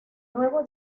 nuevo